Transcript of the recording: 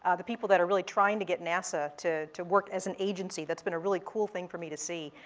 the people that are really trying to get nasa to to work as an agency. that's been a really cool thing for me to see.